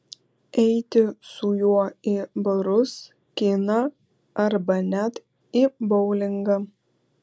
eiti su juo į barus kiną arba net į boulingą